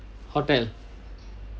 hotel